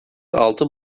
altın